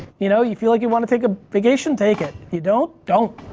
you know you feel like you want to take a vacation, take it. you don't, don't.